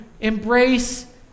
embrace